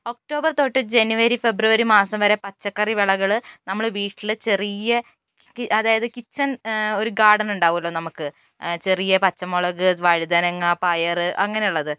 October തൊട്ട് ജനുവരി ഫെബ്രുവരി മാസംവരെ പച്ചക്കറി വിളകൾ നമ്മൾ വീട്ടിൽ ചെറിയ അതായത് കിച്ചൻ ഒരു ഗാർഡൻ ഉണ്ടാകുമല്ലോ നമ്മൾക്ക് ചെറിയ പച്ചമുളക് വഴുതനങ്ങ പയർ അങ്ങനെ ഉള്ളത്